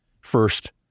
first